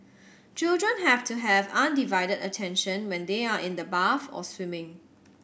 children have to have undivided attention when they are in the bath or swimming